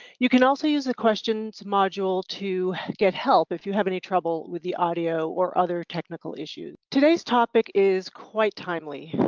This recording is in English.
you can also use the questions module to get help if you have any trouble with the audio or other technical issues. today's topic is quite timely,